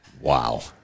Wow